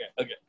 okay